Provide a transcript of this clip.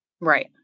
Right